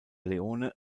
leone